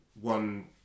one